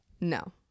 no